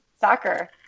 soccer